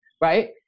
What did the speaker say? Right